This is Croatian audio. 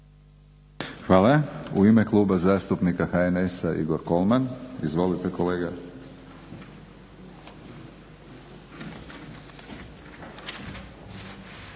(HNS)** U ime Kluba zastupnika HNS-a Igor Kolman. Izvolite kolega.